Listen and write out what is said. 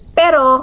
pero